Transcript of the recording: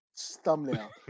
Thumbnail